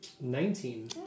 Nineteen